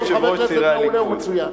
הוא חבר כנסת מעולה ומצוין.